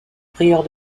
prieur